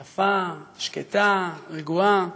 את יפה, שקטה, רגועה,